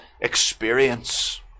experience